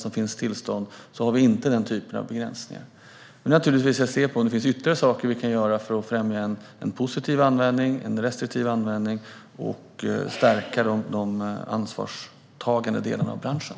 Vi ska givetvis se om vi kan göra något ytterligare för att främja en positiv och restriktiv användning och för att stärka de ansvarstagande delarna av branschen.